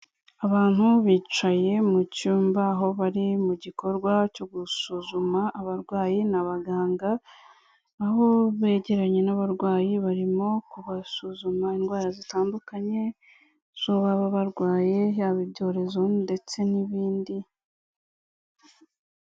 Abantu bicaye mu cyumba aho bari mu gikorwa cyo gusuzuma abarwayi n'abaganga, aho begeranye n'abarwayi barimo kubasuzuma indwara zitandukanye, izo baba barwaye yaba ibyorezo ndetse n'ibindi.